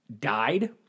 died